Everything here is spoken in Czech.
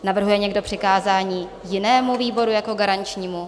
Navrhuje někdo přikázání jinému výboru jako garančnímu?